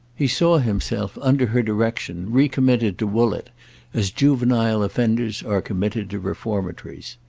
he saw himself, under her direction, recommitted to woollett as juvenile offenders are committed to reformatories.